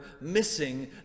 missing